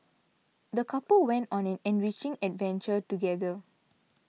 the couple went on an enriching adventure together